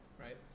right